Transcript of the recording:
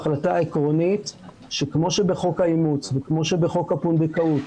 החלטה עקרונית שכמו שבחוק האימוץ וכמו שבחוק הפונדקאות,